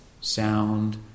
sound